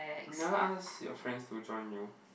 never ask your friend to join you